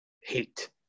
hate